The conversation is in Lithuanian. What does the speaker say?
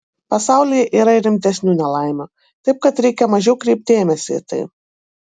pasaulyje yra ir rimtesnių nelaimių taip kad reikia mažiau kreipt dėmesį į tai